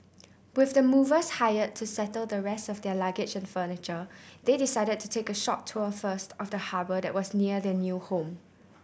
with the movers hired to settle the rest of their luggage and furniture they decided to take a short tour first of the harbour that was near their new home